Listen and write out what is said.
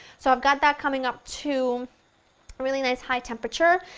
so i've got that coming up to a really nice high temperature,